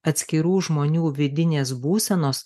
atskirų žmonių vidinės būsenos